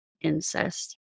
incest